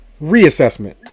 reassessment